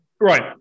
Right